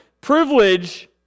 Privilege